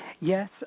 Yes